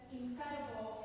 incredible